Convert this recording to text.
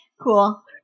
cool